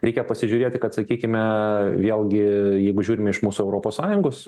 reikia pasižiūrėti kad sakykime vėlgi jeigu žiūrim iš mūsų europos sąjungos